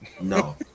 No